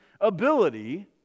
ability